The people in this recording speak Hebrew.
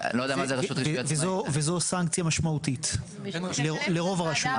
וזו סנקציה משמעותית לרוב הרשויות.